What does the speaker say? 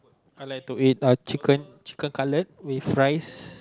I like to eat uh chicken chicken cutlet with rice